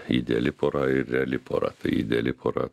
ideali pora ir reali pora tai ideali pora